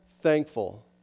thankful